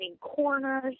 corners